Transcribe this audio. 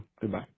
Goodbye